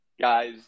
guys